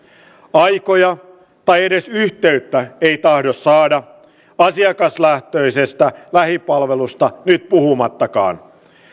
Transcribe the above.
aikoja tai edes yhteyttä ei tahdo saada asiakaslähtöisestä lähipalvelusta nyt puhumattakaan